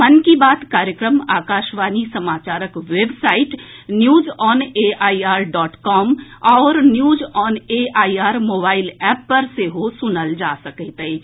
मन की बात कार्यक्रम आकाशवाणी समाचारक website news on AIR dot com आओर न्यूनऑनएआइआर मोबाईल एप पर सेहो सुनल जा सकैत अछि